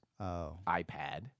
iPad